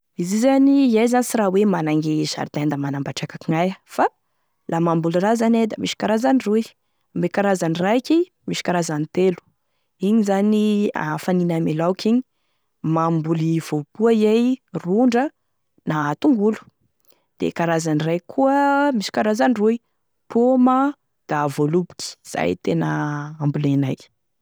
Izy io zany iay zany sy raha managne jardin da manambatraky hoe akognaia fa la mamboly raha zany iay da misy karazany roy: karazany raiky misy karazany telo iny zany faninay ame laoky igny: mamboly voapoa iay, rondra na tongolo; de karazany raiky koa misy karazany roy: paoma da voaloboky, zay tena ambolenay.